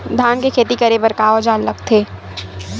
धान के खेती करे बर का औजार लगथे?